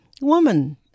woman